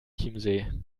chiemsee